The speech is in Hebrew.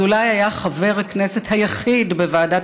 אזולאי היה חבר הכנסת היחיד בוועדת